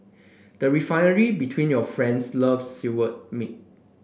the Refinery between your friends love skewered meat